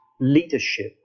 leadership